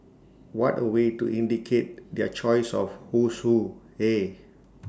what A way to indicate their choice of Who's Who eh